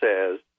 says